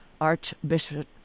Archbishop